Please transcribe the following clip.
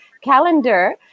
calendar